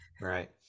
Right